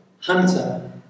Hunter